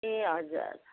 ए हजुर